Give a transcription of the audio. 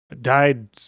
died